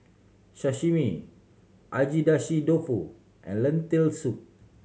Sashimi Agedashi Dofu and Lentil Soup